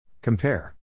Compare